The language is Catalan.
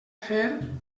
fer